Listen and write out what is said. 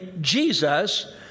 Jesus